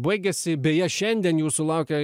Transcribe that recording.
baigiasi beje šiandien jūsų laukia